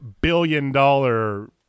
billion-dollar